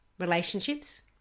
relationships